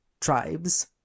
tribes